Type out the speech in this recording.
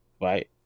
right